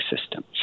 system